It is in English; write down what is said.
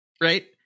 right